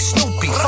Snoopy